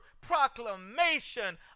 proclamation